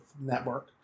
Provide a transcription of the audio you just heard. Network